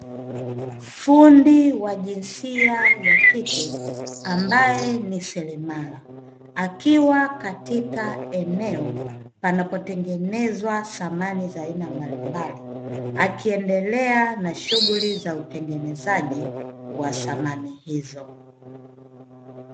Fundi wa jinsia ya kike ambaye ni selemara akiwa katika eneo panapotengenezwa samani za aina mbalimbali, akiiendelea na shughuli za utengenezaji wa samani hizo.